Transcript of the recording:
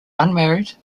unmarried